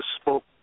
spoke